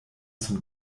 zum